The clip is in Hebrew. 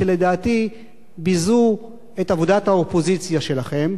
שלדעתי ביזו את עבודת האופוזיציה שלכם?